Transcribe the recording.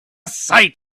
sight